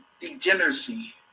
degeneracy